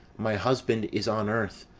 my husband is on earth,